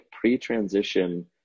pre-transition